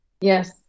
Yes